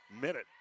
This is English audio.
minute